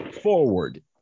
forward